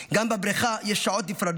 גם בבריכה יש שעות נפרדות,